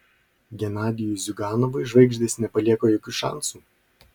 genadijui ziuganovui žvaigždės nepalieka jokių šansų